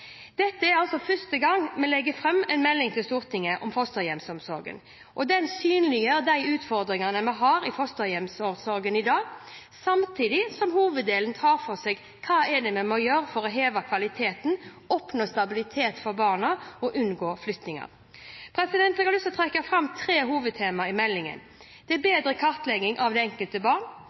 Dette er første gang vi legger fram en melding for Stortinget om fosterhjemsomsorgen. Den synliggjør de utfordringene vi har i fosterhjemsomsorgen i dag, samtidig som hoveddelen tar for seg hva det er vi må gjøre for å heve kvaliteten, oppnå stabilitet for barna og for å unngå flyttinger. Jeg har lyst til å trekke fram tre hovedtema i meldingen: bedre kartlegging av det enkelte barn